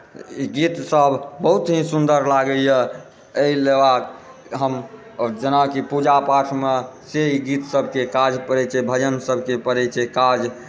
ई गीतसभ बहुत ही सुन्दर लागैए एहि लेल हम जेना कि पूजा पाठमे से ई गीत सभके काज पड़ै छै भजन सभके पड़ै छै काज